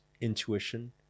intuition